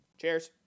Cheers